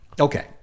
Okay